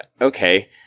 okay